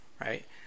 right